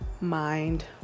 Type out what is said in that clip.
mind